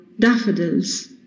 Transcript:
daffodils